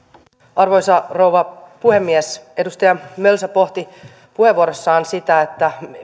arvoisa rouva puhemies edustaja mölsä pohti puheenvuorossaan sitä